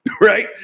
right